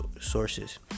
sources